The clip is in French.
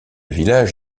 village